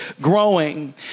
growing